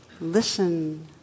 listen